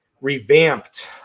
revamped